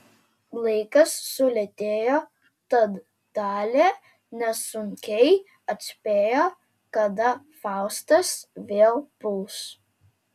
laikas sulėtėjo tad talė nesunkiai atspėjo kada faustas vėl puls